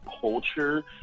culture